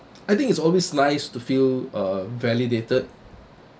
I think it's always nice to feel uh validated